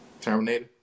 Terminator